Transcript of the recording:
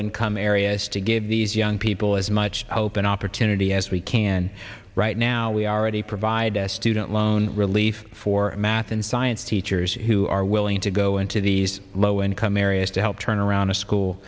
income areas to give these young people as much hope and opportunity as we can right now we already provide a student loan relief for math and science teachers who are willing to go into these low income areas to help turn around a school